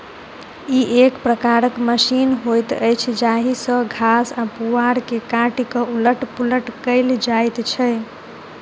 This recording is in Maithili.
ई एक प्रकारक मशीन होइत अछि जाहि सॅ घास वा पुआर के काटि क उलट पुलट कयल जाइत छै